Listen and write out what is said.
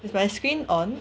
is my screen on